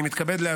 נתקבל.